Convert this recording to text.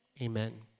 amen